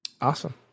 Awesome